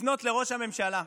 לפנות לראש הממשלה,